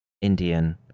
Indian